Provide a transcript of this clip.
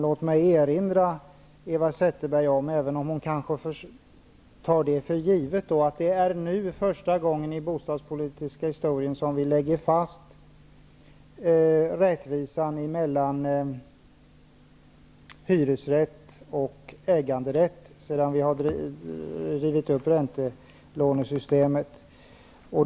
Låt mig erinra Eva Zetterberg, även om hon kanske tar det för givet, om att det nu är första gången i den bostadspolitiska historien som vi lägger fast rättvisan mellan hyresrätt och äganderätt, när vi river upp räntelånesystemet.